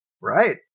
right